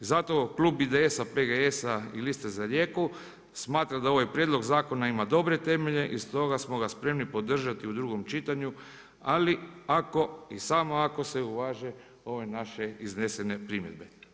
Zato klub IDS-a, PGS-a i Liste za Rijeku smatra da ova prijedlog zakona ima dobre temelje i stoga smo ga spremni podržati u drugom čitanju ali ako i samo ako se uvaže ove naše iznesene primjedbe.